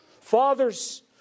Father's